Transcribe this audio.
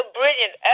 brilliant